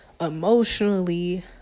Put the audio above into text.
emotionally